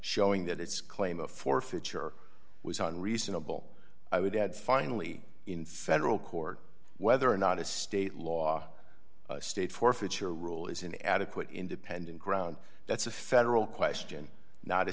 showing that its claim of forfeiture was on reasonable i would add finally in federal court whether or not a state law state forfeiture rule is an adequate independent ground that's a federal question not a